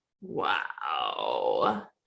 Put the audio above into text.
wow